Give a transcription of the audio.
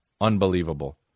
unbelievable